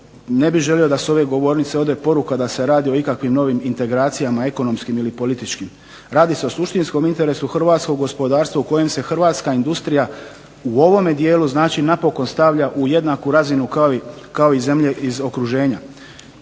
ne bih želio da s ove govornice ode poruka da se radi o ikakvim novim integracijama ekonomskim ili političkim. Radi se o suštinskom interesu hrvatskog gospodarstva u kojem se hrvatska industrija u ovome dijelu znači napokon stavlja u jednaku razinu, kao i zemlje iz okruženja.